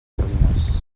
salines